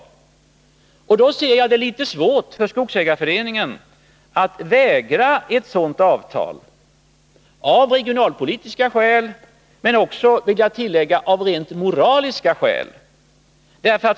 I det läget tror jag att det är litet svårt för skogsägarföreningen att vägra ett sådant avtal, av regionalpolitiska skäl men också — vill jag tillägga — av rent moraliska skäl.